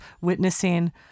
witnessing